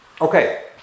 Okay